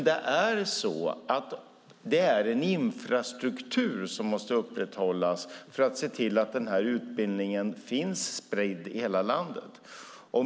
Dock måste en infrastruktur upprätthållas för att se till att utbildningen är spridd över hela landet.